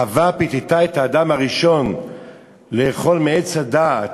כשחוה פיתתה את האדם הראשון לאכול מעץ הדעת,